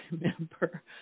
remember